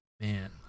Man